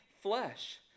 flesh